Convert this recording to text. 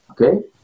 Okay